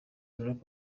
rap